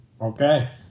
Okay